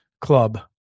club